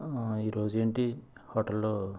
ఆ ఈరోజు ఏంటి హోటల్లో